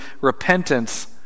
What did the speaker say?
repentance